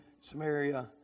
Samaria